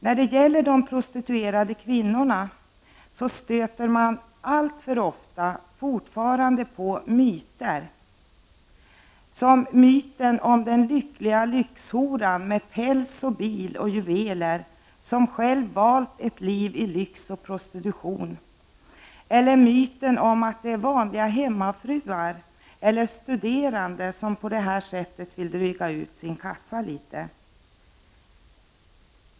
När det gäller de prostituerade kvinnorna stöter man fortfarande alltför ofta på myter, som myten om den lyckliga lyxhoran, som har päls, bil och juveler och som själv har valt ett liv i lyx och prostitution. Eller myten om att det är vanliga hemmafruar eller studerande som genom prostitution drygar ut sin kassa litet.